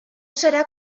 serà